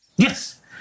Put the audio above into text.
Yes